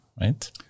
right